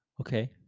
Okay